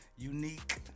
Unique